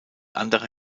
andere